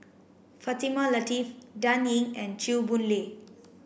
Fatimah Lateef Dan Ying and Chew Boon Lay